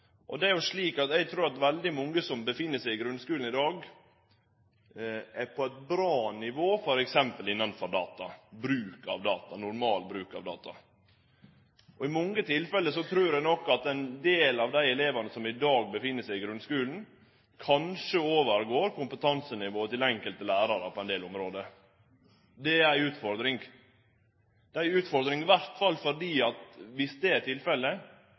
Det er jo slik at veldig mange som er i grunnskulen i dag, er på eit bra nivå, t.d. innafor data – normal bruk av data. I mange tilfelle trur eg nok at ein del av dei elevane som i dag er i grunnskulen, kanskje overgår kompetansenivået til enkelte lærarar på ein del område. Det er ei utfordring. Det er ei utfordring, for om det er tilfellet, slit vi med å gi alle elevane det